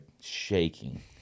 shaking